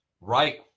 Right